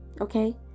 Okay